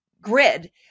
grid